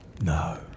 No